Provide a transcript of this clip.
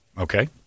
Okay